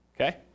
okay